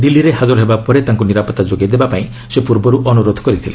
ଦିଲ୍ଲୀରେ ହାଜର ହେବା ପରେ ତାଙ୍କୁ ନିରାପତ୍ତା ଯୋଗାଇ ଦେବା ପାଇଁ ସେ ଅନୁରୋଧ କରିଥିଲେ